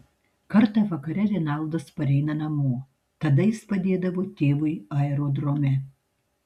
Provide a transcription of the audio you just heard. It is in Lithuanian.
kartą vakare renaldas pareina namo tada jis padėdavo tėvui aerodrome